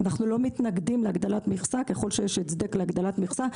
אנחנו לא מתנגדים להגדלת מכסה ככל שיש הצדק להגדלת מכסה.